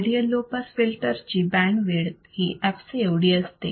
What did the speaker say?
IDLE low pass फिल्टरची bandwidth ही fc एवढी असते